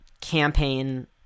campaign